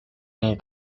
nii